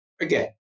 Again